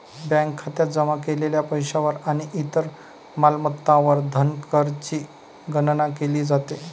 bank खात्यात जमा केलेल्या पैशावर आणि इतर मालमत्तांवर धनकरची गणना केली जाते